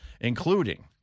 including